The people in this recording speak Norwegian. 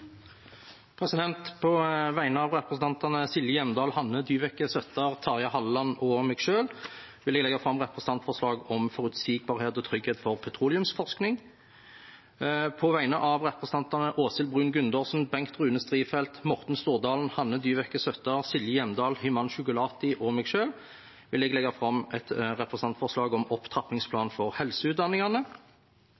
På vegne av representantene Silje Hjemdal, Hanne Dyveke Søttar, Terje Halleland og meg selv vil jeg legge fram et representantforslag om forutsigbarhet og trygghet for petroleumsforskning. På vegne av representantene Åshild Bruun-Gundersen, Bengt Rune Strifeldt, Morten Stordalen, Hanne Dyveke Søttar, Silje Hjemdal, Himanshu Gulati og meg selv vil jeg legge fram et representantforslag om opptrappingsplan